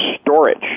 storage